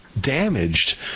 damaged